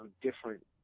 different